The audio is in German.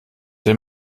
der